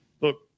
Look